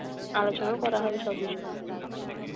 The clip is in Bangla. আলোচনাও করা হবে সব বিষয়